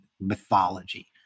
mythology